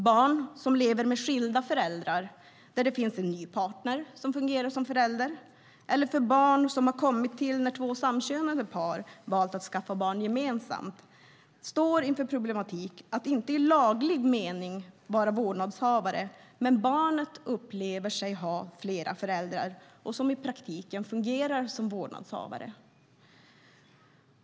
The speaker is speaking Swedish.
Barn som lever med skilda föräldrar där det finns en ny partner som fungerar som en förälder, eller barn som har kommit till när två samkönade par har valt att skaffa barn gemensamt, står inför problematiken att dessa inte i laglig mening kan vara vårdnadshavare, även om barnet upplever sig ha flera föräldrar som i praktiken fungerar som vårdnadshavare.